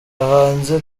hanze